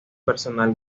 personal